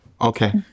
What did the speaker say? Okay